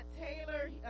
Taylor